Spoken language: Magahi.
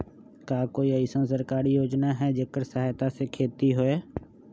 का कोई अईसन सरकारी योजना है जेकरा सहायता से खेती होय?